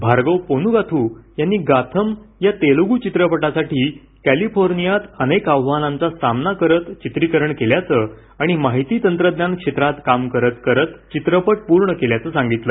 भार्गव पोन्गाथू यांनी गाथम या तेलुगू चित्रपटासाठी कॅलिफोर्नियात अनेक आव्हानांचा सामना करत चित्रीकरण केल्याचं आणि माहिती तंत्रज्ञान क्षेत्रात काम करत करत चित्रपट पूर्ण केल्याचं सांगितलं